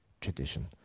tradition